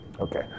Okay